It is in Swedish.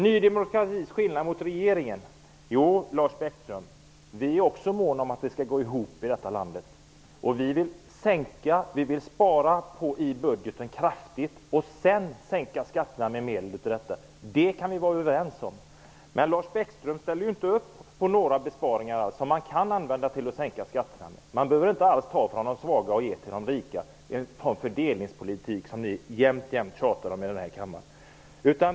Vad skiljer Ny demokrati från regeringen, undrar Lars Bäckström. Vi är också måna om att det skall gå ihop. Vi vill spara kraftigt i budgeten och sedan sänka skatterna med hjälp av det. Det kan vi vara överens om. Men Lars Bäckström ställer ju inte upp på några besparingar som man kan använda till att sänka skatterna. Man behöver inte alls ta från de svaga och ge till de rika och föra en fördelningspolitik som ni alltid tjatar om.